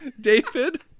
David